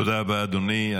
תודה רבה, אדוני.